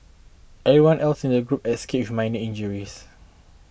everyone else in the group escaped with minor injuries